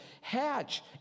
hatch